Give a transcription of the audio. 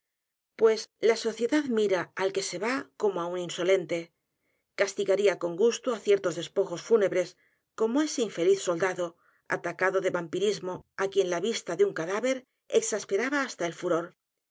s la sociedad mira al que se va como á u n insolente castigaría con gusto á ciertos despojos fúnebres como ese infeliz soldado atacado de vampir i s m o á quien la vista de un cadáver exasperaba hasta el furor